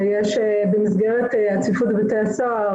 ויש במסגרת הצפיפות בבתי הסוהר,